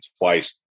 twice